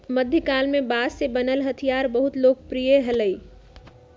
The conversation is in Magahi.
मध्यकाल में बांस से बनल हथियार बहुत लोकप्रिय हलय